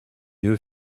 eux